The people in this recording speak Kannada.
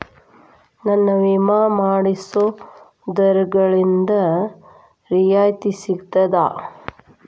ನನ್ನ ವಿಮಾ ಮಾಡಿಸೊ ದಲ್ಲಾಳಿಂದ ರಿಯಾಯಿತಿ ಸಿಗ್ತದಾ?